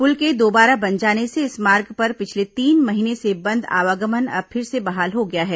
पुल के दोबारा बन जाने से इस मार्ग पर पिछले तीन महीने से बंद आवागमन अब फिर से बहाल हो गया है